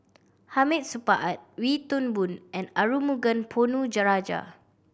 Hamid Supaat Wee Toon Boon and Arumugam Ponnu Rajah